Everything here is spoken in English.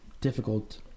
difficult